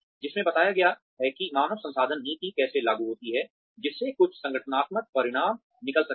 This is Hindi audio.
जिसमें बताया गया है कि मानव संसाधन नीति कैसे लागू होती है जिससे कुछ संगठनात्मक परिणाम निकल सकते हैं